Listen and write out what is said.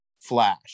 Flash